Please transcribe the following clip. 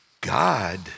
God